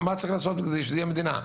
מה צריך לעשות כדי שזה יהיה המדינה?